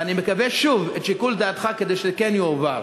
ואני מקווה שוב, לשיקול דעתך, כדי שכן יועבר.